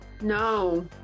No